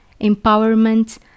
empowerment